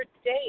state